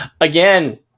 Again